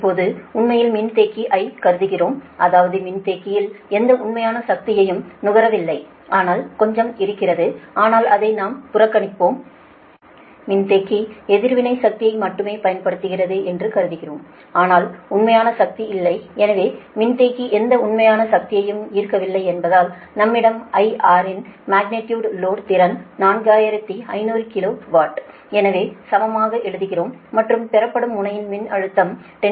இப்போது உண்மையில் மின்தேக்கி I கருதுகிறோம் அதாவது மின்தேக்கியில் எந்த உண்மையான சக்தியையும் நுகரவில்லை ஆனால் கொஞ்சம் இருக்கிறது ஆனால் அதை நாம் புறக்கணிப்போம் மின்தேக்கி எதிர்வினை சக்தியை மட்டுமே பயன்படுத்துகிறது என்று கருதுவோம் ஆனால் உண்மையான சக்தி இல்லை எனவே மின்தேக்கி எந்த உண்மையான சக்தியையும் ஈர்க்கவில்லை என்பதால் நம்மிடம் IR இ்ன் மக்னிடியுடை லோடு திறன் 4500 கிலோ வாட் சமமாக எழுதுகிறோம் மற்றும் பெறப்படும் முனையில் மின்னழுத்தம் 10